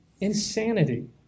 Insanity